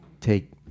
take